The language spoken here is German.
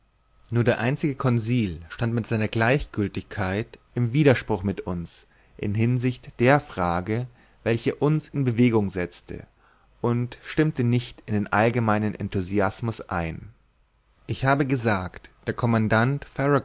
nur der einzige conseil stand mit seiner gleichgiltigkeit im widerspruch mit uns in hinsicht der frage welche uns in bewegung setzte und stimmte nicht in den allgemeinen enthusiasmus ein ich habe gesagt der commandant